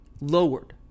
lowered